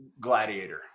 Gladiator